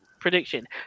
prediction